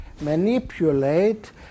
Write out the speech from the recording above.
manipulate